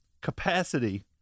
capacity